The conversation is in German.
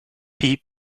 piep